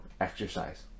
exercise